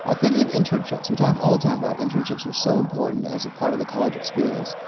ah thinking of internships, we talk all the time about internships are so important as a part of the college experience,